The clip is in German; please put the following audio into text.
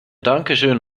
dankeschön